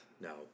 No